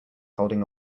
holding